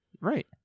Right